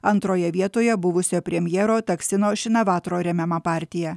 antroje vietoje buvusio premjero taksino šinavatro remiama partija